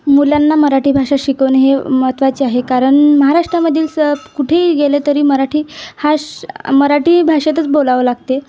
मुलांना मराठी भाषा शिकवणे हे महत्वाचे आहे कारण महाराष्ट्रामधील कुठेही गेलं तरी मराठी हा मराठी भाषेतच बोलावं लागते